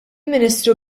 ministru